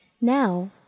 Now